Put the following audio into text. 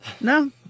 No